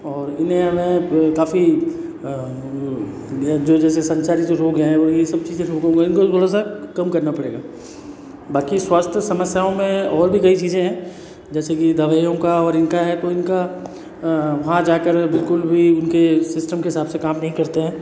और इन्हें हमें काफी जो जैसे संचारी जो रोग है और यह सब चीज़ें नियंत्रण थोड़ा सा कम करना पड़ेगा बाकी स्वास्थ्य समस्याओं में और भी कई चीज़ें हैं जैसे की दवाइयों का और इनका है तो इनका वहाँ जाकर बिल्कुल भी उनके सिस्टम के हिसाब से काम नहीं करते हैं